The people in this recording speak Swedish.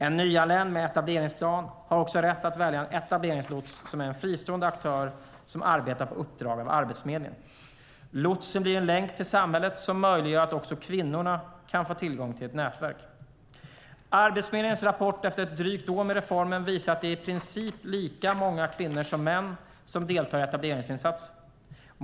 En nyanländ med etableringsplan har också rätt att välja en etableringslots, som är en fristående aktör som arbetar på uppdrag av Arbetsförmedlingen. Lotsen blir en länk till samhället som möjliggör att också kvinnorna kan få tillgång till ett nätverk. Arbetsförmedlingens rapport efter ett drygt år med reformen visar att det i princip är lika många kvinnor som män som deltar i etableringsinsatser.